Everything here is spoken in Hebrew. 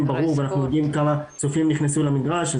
ברור ואנחנו יודעים כמה צופים נכנסו למגרש.